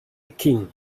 king